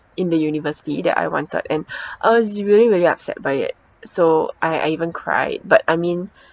in the university that I wanted and I was really really upset by it so I I even cried but I mean